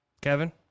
Kevin